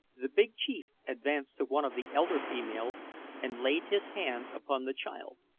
the big chief advanced to one of the elder females and laid his hand upon the child.